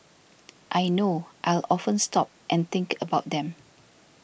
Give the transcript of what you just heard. I know I'll often stop and think about them